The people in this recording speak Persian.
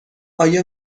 آیا